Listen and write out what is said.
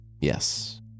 Yes